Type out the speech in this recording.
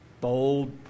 bold